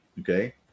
Okay